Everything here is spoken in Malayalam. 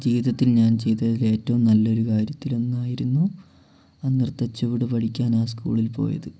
ജീവിതത്തിൽ ഞാൻ ചെയ്തതിലേറ്റവും നല്ലൊരു കാര്യത്തിലൊന്നായിരുന്നു ആ നിർത്തച്ചുവട് പഠിക്കാൻ ആ സ്കൂളിൽ പോയത്